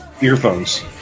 earphones